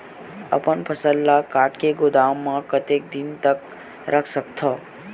अपन फसल ल काट के गोदाम म कतेक दिन तक रख सकथव?